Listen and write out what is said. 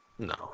No